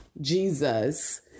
Jesus